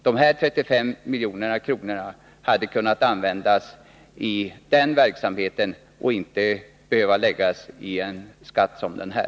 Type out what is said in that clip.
De här 35 miljonerna hade kunnat användas i den verksamheten och hade inte behövt komma i fråga för en skatt som den här.